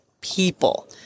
people